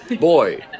Boy